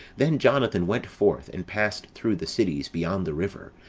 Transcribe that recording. then jonathan went forth, and passed through the cities beyond the river,